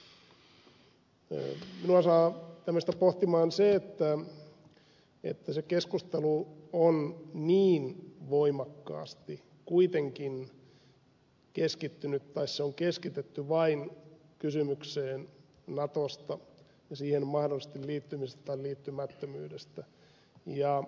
minut saa tämmöistä pohtimaan se että se keskustelu on niin voimakkaasti kuitenkin keskittynyt tai se on keskitetty vain kysymykseen natosta ja siihen mahdollisesti liittymisestä tai liittymättömyy destä